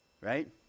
Right